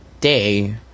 day